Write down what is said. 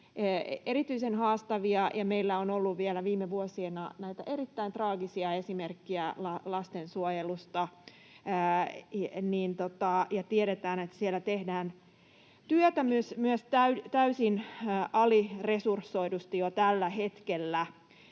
erityisen haastavia, ja meillä on vielä ollut viime vuosina näitä erittäin traagisia esimerkkejä lastensuojelusta, ja tiedetään, että siellä tehdään työtä myös täysin aliresursoidusti jo tällä hetkellä,